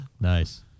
Nice